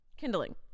Kindling